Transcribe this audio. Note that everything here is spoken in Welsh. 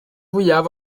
fwyaf